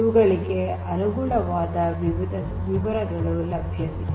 ಇವುಗಳಿಗೆ ಅನುಗುಣವಾದ ವಿವರಗಳು ಲಭ್ಯವಿದೆ